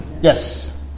Yes